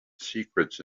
secrets